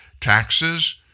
taxes